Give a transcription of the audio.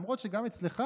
למרות שגם אצלך,